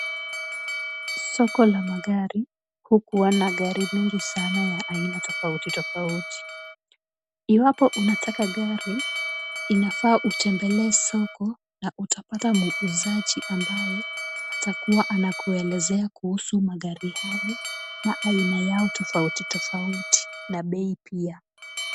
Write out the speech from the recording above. Soko la magari hukuwa na magari mingi sana ya aina tofauti tofauti, iwapo unataka gari inafaa utembelee soko na utapata muuzaji ambaye atakuwa anakuelezea kuhusu magari hayo na aina yao tofauti tofauti na bei pia.